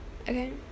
Okay